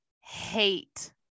hate